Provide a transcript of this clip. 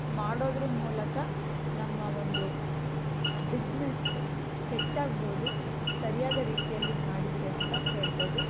ಮಾಡೋದ್ರ ಮೂಲಕ ನಮ್ಮ ಒಂದು ಬಿಸ್ನೆಸ್ ಹೆಚ್ಚಾಗ್ಬೋದು ಸರಿಯಾದ ರೀತಿಯಲ್ಲಿ ಮಾಡಿದರೆ ಅಂತ ಹೇಳ್ಬೋದು